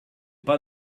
pas